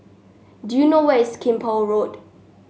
do you know where is Keppel Road